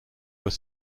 were